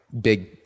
big